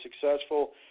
successful